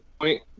point